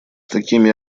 такими